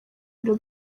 biro